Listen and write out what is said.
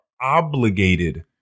obligated